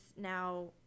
now